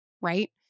Right